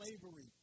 slavery